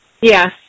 Yes